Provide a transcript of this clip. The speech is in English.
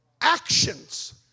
actions